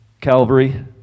Calvary